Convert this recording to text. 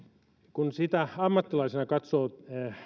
kun ammattilaisena katsoo